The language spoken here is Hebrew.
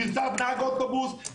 נרצח נהג אוטובוס,